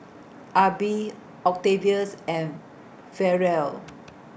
Arbie Octavius and Ferrell